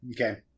Okay